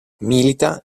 milita